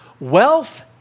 Wealth